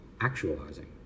actualizing